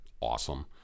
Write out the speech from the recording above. awesome